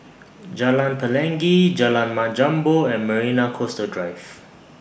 Jalan Pelangi Jalan Mat Jambol and Marina Coastal Drive